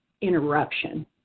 interruption